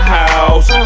house